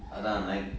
அதான்:athaan like